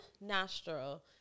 nostril